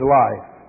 life